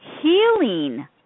healing